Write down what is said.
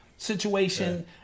situation